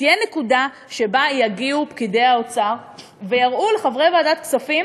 תהיה נקודה שבה יגיעו פקידי האוצר ויראו לחברי ועדת הכספים